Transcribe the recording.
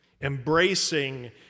Embracing